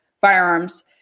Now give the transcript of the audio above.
firearms